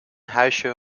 huisje